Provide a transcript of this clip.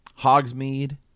Hogsmeade